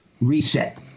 reset